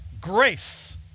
grace